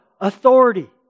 authority